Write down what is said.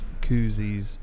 koozies